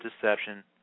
deception